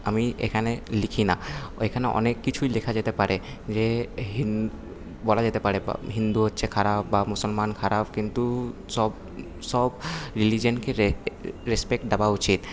আমি এখানে লিখি না ওইখানে অনেক কিছুই লেখা যেতে পারে যে হিন বলা যেতে পারে হিন্দু হচ্ছে খারাপ বা মুসলমান খারাপ কিন্তু সব সব রিলিজিয়নকে রেসপেক্ট দেওয়া উচিত